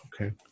Okay